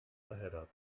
verheddert